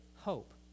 hope